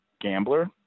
gambler